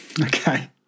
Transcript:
Okay